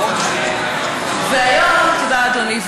תודה, אדוני.